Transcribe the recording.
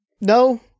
no